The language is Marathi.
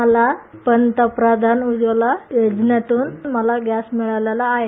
मला पंतप्रधान उज्ज्वला योजनेतून मला गॅस मिळालेला आहे